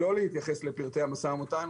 לא להתייחס לפרטי המשא ומתן.